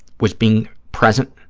was being present,